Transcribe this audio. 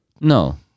No